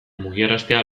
mugiaraztea